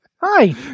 hi